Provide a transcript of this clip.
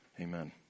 Amen